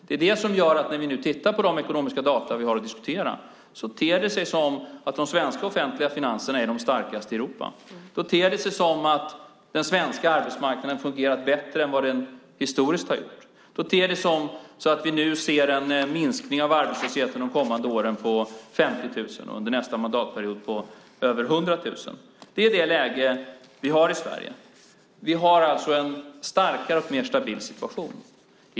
Det är det som gör att det, när vi nu tittar på de ekonomiska data som vi nu har att diskutera, ter sig som att de svenska offentliga finanserna är de starkaste i Europa. Då ter det sig som att den svenska arbetsmarknaden fungerat bättre än vad den historiskt har gjort. Då ter det sig som att vi nu ser en minskning av arbetslösheten de kommande åren med 50 000 och under nästa mandatperiod med över 100 000. Det är det läge vi har i Sverige. Vi har alltså en starkare och mer stabil situation.